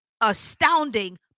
astounding